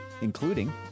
including